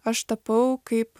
aš tapau kaip